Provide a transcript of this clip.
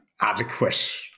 adequate